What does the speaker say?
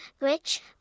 Rich